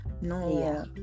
no